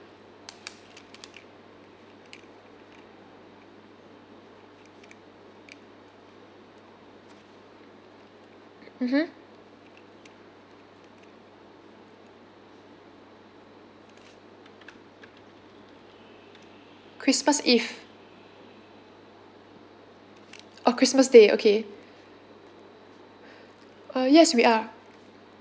mmhmm christmas eve oh christmas day okay uh yes we are